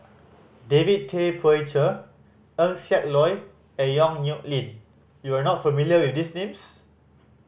David Tay Poey Cher Eng Siak Loy and Yong Nyuk Lin you are not familiar with these names